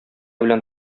белән